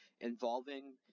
involving